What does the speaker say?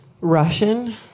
Russian